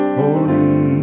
holy